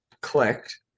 clicked